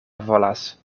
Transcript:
volas